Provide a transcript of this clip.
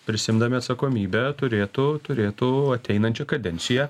prisiimdami atsakomybę turėtų turėtų ateinančią kadenciją